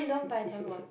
don't buy them one